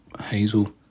Hazel